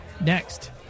Next